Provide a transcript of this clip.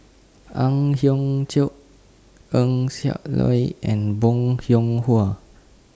Ang Hiong Chiok Eng Siak Loy and Bong Hiong Hwa